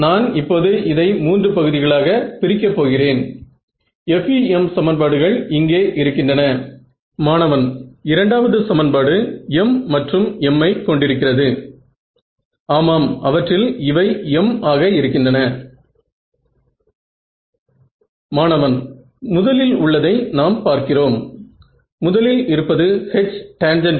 நான் ஏன் பாதி அலைநீளத்தை தேர்ந்தெடுக்கிறேன் என்பதில் தெளிவாக இருப்பேன்